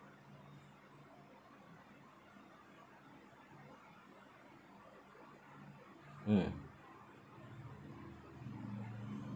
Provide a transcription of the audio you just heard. mm